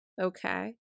Okay